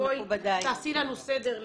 בואי תעשה לנו סדר,